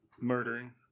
Murdering